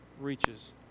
reaches